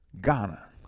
Ghana